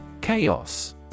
Chaos